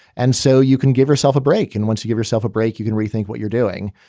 and so you can give yourself a break. and once you give yourself a break, you can rethink what you're doing.